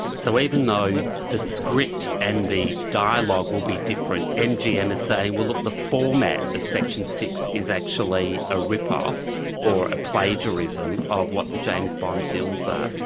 so even though the script and the dialogue will be different, mgm is saying, look, the format of section six is actually a rip-off or a plagiarism of what the james bond films are.